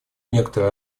некоторые